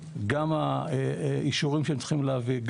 גם האישורים שהם צריכים להביא,